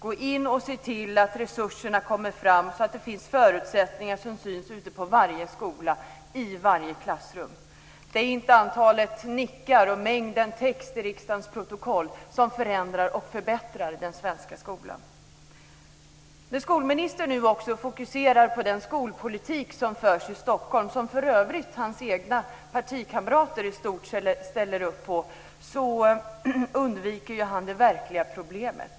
Gå in och se till att resurserna kommer fram så att det finns förutsättningar som syns på varje skola i varje klassrum. Det är inte antalet nickar och mängden text i riksdagens protokoll som förändrar och förbättrar den svenska skolan. När skolministern nu också fokuserar på den skolpolitik som förs i Stockholm, som för övrigt hans egna partikamrater i stort ställer upp på, undviker han det verkliga problemet.